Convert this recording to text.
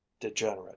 degenerate